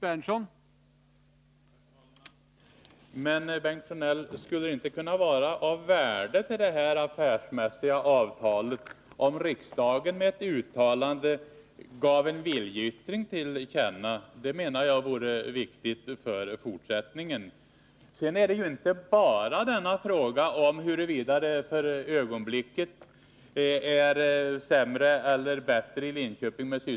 Herr talman! Men, Bengt Sjönell, skulle det inte vara av värde, om riksdagen utöver detta affärsmässiga avtal gav till känna en viljeyttring i form av ett uttalande? Det är vidare inte bara en fråga om huruvida det för ögonblicket är sämre eller bättre med sysselsättningen